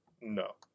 No